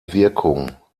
wirkung